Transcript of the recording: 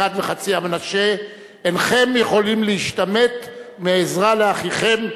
גד וחצי המנשה: אינכם יכולים להשתמט מעזרה לאחיכם,